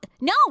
No